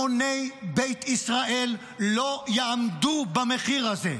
המוני בית ישראל לא יעמדו במחיר הזה.